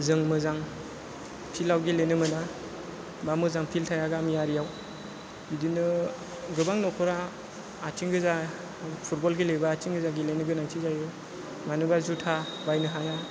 जों मोजां फिल्डआव गेलेनो मोना बा मोजां फिल्ड थाया गामियारिआव बिदिनो गोबां न'खरा आथिं गोजा फुटबल गेलेबा आथिं गोजा गेलेनो गोनां जायो मानोना जुथा बायनो हाया